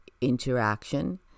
interaction